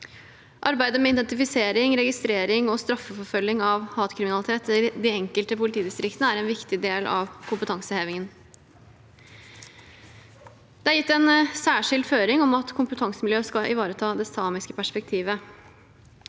Arbeidet med identifisering, registrering og straffeforfølging av hatkriminalitet i de enkelte politidistriktene er en viktig del av kompetansehevingen. Det er gitt en særskilt føring om at kompetansemiljøet skal ivareta det samiske perspektivet.